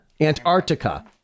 antarctica